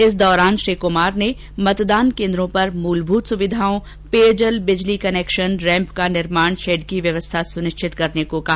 इस दौरान श्री कुमार ने मतदान केन्द्रों पर मूलमूत सुविधाओं यथा पेयजल बिजली कनेक्शन रैम्प का निर्माण शेड की व्यवस्था सुनिश्चित करने को कहा